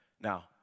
Now